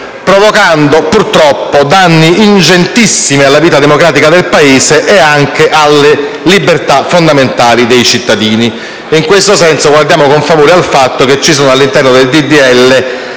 provocando, purtroppo, danni ingentissimi alla vita democratica del Paese e anche alle libertà fondamentali dei cittadini. In questo senso guardiamo con favore alla presenza, all'interno del